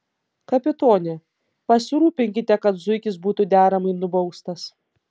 kapitone pasirūpinkite kad zuikis būtų deramai nubaustas